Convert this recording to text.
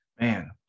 Man